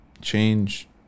change